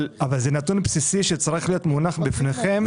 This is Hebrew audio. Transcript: אבל זה נתון בסיסי שצריך להיות מונח בפניכם,